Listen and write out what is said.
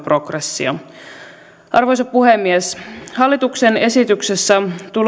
progressio arvoisa puhemies hallituksen esityksessä